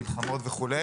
מלחמות וכו',